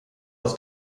aus